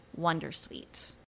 Wondersuite